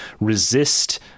resist